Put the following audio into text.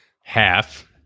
half